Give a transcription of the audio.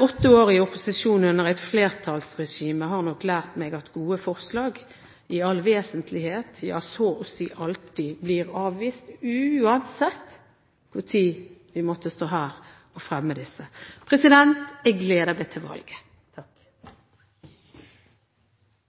Åtte år i opposisjon under et flertallsregime har nok lært meg at gode forslag i all vesentlighet – ja, så å si alltid – blir avvist, uansett når vi måtte stå her og fremme dem. Jeg gleder meg til valget.